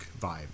vibe